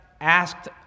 asked